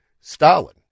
Stalin